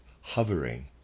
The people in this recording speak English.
hovering